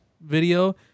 video